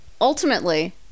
ultimately